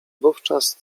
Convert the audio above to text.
wówczas